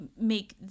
make